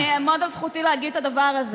לא, סליחה, אני אעמוד על זכותי להגיד את הדבר הזה.